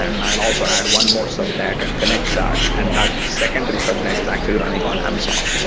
and and i'll also add one more subnet and connect that and that secondary subnet is actually running on amazon.